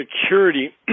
security